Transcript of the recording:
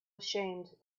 ashamed